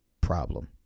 problem